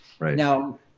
Now